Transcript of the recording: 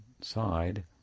side